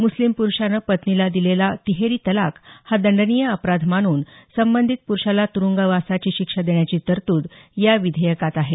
मुस्लिम पुरुषानं पत्नीला दिलेला तिहेरी तलाक हा दंडनीय अपराध मानून संबंधित पुरुषाला तुरुंगवासाची शिक्षा देण्याची तरतूद या विधेयकात आहे